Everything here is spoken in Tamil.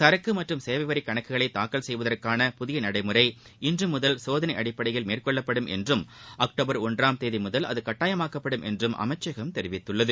சரக்கு மற்றம் சேவை வரி கணக்குகளை தாக்கல் செய்வதற்கான புதிய நடைமுறை இன்று முதல் சோதனை அடிப்படையில் மேற்கொள்ளப்படும் என்றும் அக்டோபர் ஒன்றாம் தேதி முதல் அது கட்டாயமாக்கப்படும் என்று அமைச்சகம் தெரிவித்துள்ளது